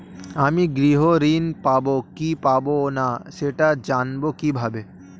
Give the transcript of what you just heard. আমি গৃহ ঋণ পাবো কি পাবো না সেটা জানবো কিভাবে?